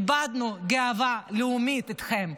איבדנו את הגאווה הלאומית איתכם.